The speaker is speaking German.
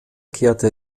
kehrte